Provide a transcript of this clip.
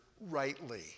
rightly